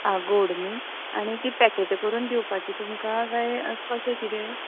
आं गोड न्ही आनी ती पेकेटां करूंन दिवपाची तुमकां कांय कशें कितें